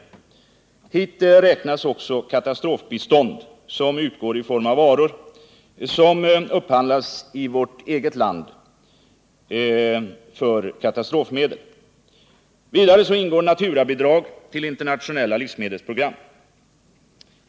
Hit räknas också katastrofbistånd, som utgår i form av varor som upphandlas i vårt eget land för katastrofmedel. Vidare ingår naturabidrag till internationella livsmedelsprogram.